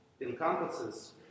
encompasses